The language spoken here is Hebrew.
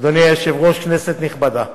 אדוני היושב-ראש, כנסת נכבדה,